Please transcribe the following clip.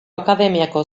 akademiako